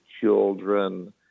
children